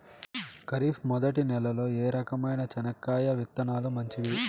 ఖరీఫ్ మొదటి నెల లో ఏ రకమైన చెనక్కాయ విత్తనాలు మంచివి